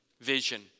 vision